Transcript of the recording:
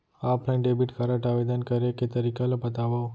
Offline debit card आवेदन करे के तरीका ल बतावव?